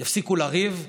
הפסיקו לריב.